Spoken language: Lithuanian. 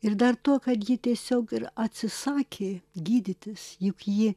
ir dar tuo kad ji tiesiog ir atsisakė gydytis juk ji